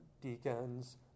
deacons